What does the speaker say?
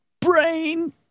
Brain